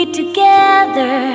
together